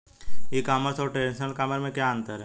ई commerce और traditional commerce में क्या अंतर है?